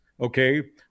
okay